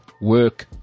Work